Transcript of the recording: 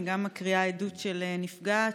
גם אני מקריאה עדות של נפגעת,